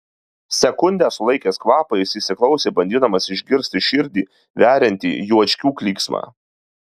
sekundę sulaikęs kvapą jis įsiklausė bandydamas išgirsti širdį veriantį juočkių klyksmą